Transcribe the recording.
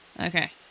Okay